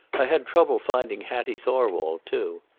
i had trouble finding hattie thorwald, too.